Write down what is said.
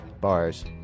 bars